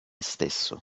stesso